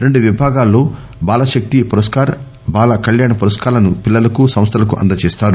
రెండు విభాగాల్లో బాల శక్తి పురస్కార్ బాల కళ్యాణ పురస్కార్ లను పిల్లలకు సంస్థలకు అందజేస్తారు